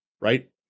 Right